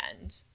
end